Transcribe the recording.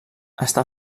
està